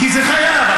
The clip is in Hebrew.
כי חייבים.